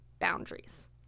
boundaries